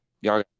Y'all